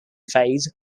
phase